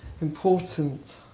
important